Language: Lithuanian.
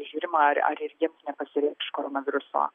žiūrima ar ar ir jiems nepasireikš koronaviruso